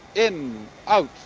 in ah